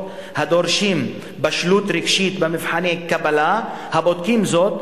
הדורשים בגרות רגשית במבחני קבלה הבודקים זאת,